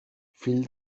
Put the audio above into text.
fill